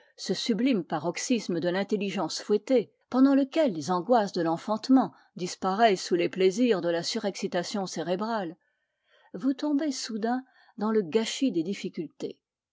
ce sublime paroxysme de l'intelligence fouettée pendant lequel les angoisses de l'enfantement disparaissent sous les plaisirs de la surexcitation cérébrale vous tombez soudain dans le gâchis des difficultés